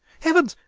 heavens,